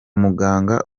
muganga